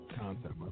concept